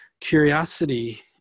curiosity